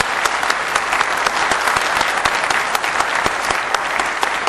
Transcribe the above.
(מחיאות כפיים) (נושא דברים בשפה